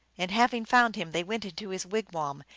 and having found him, they went into his wigwam,